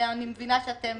ואני מבינה שאתם